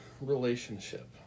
relationship